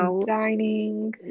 dining